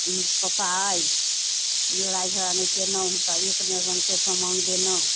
पप्पा अइ लड़ाइ झगड़ा नहि केलहुँ हुनका एकरङ्गके समान देलहुँ एक घण्टा भऽ गेलै आब नहि करब